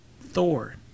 Thor